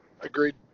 agreed